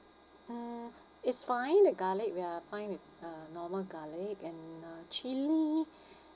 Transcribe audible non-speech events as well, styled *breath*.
mm *breath* it's fine the garlic we are fine with uh normal garlic and uh chili *breath*